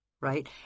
right